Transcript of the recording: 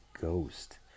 ghost